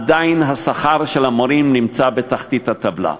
עדיין שכר המורים נמצא בתחתית הטבלה.